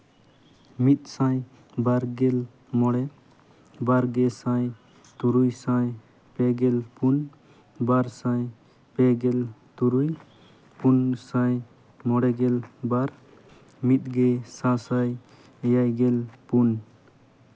ᱢᱤᱫ ᱥᱟᱭ ᱵᱟᱨ ᱜᱮᱞ ᱢᱚᱬᱮ ᱵᱟᱨ ᱜᱮᱥᱟᱭ ᱛᱩᱨᱩᱭ ᱥᱟᱭ ᱯᱮ ᱜᱮᱞ ᱯᱩᱱ ᱵᱟᱨ ᱥᱟᱭ ᱯᱮ ᱜᱮᱞ ᱛᱩᱨᱩᱭ ᱯᱩᱱ ᱥᱟᱭ ᱢᱚᱬᱮ ᱜᱮᱞ ᱵᱟᱨ ᱢᱤᱫ ᱜᱮ ᱥᱟᱥᱟᱭ ᱮᱭᱟᱭ ᱜᱮᱞ ᱯᱩᱱ